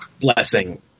blessing